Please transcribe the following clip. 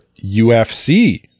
UFC